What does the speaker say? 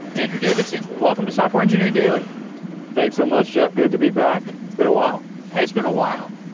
andrew davidson, welcome to software engineering daily thanks so much, jeff. good to be back. it's been a while. has been a while.